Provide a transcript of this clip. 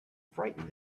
frightened